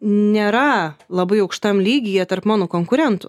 nėra labai aukštam lygyje tarp mano konkurentų